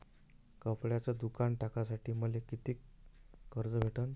कपड्याचं दुकान टाकासाठी मले कितीक कर्ज भेटन?